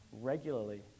regularly